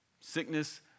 Sickness